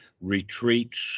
retreats